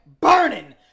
burning